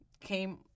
came